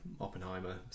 Oppenheimer